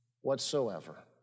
whatsoever